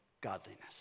godliness